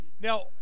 Now